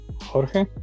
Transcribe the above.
Jorge